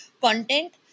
content